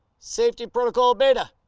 safety protocol beta!